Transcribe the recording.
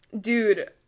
dude